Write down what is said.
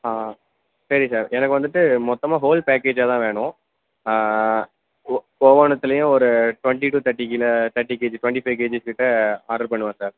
ஆ சரிங்க சார் எனக்கு வந்துட்டு மொத்தமாக ஹோல் பேக்கேஜாக தான் வேணும் ஒ ஒவ்வொன்னுத்திலேயும் ஒரு twenty to thirty kilo thirty KG twenty five KGs கிட்டே ஆர்டர் பண்ணுவேன் சார்